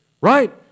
Right